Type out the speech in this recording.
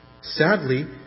sadly